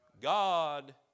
God